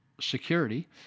Security